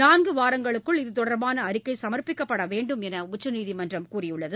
நான்குவாரங்களுக்குள் இதுதொடர்பான அறிக்கை சமர்ப்பிக்கப்படவேண்டும் என்று உச்சநீதிமன்றம் கூறியுள்ளது